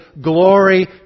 glory